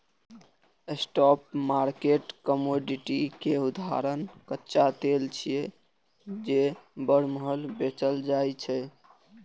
spot market commodity के उदाहरण कच्चा तेल छियै, जे बरमहल बेचल जाइ छै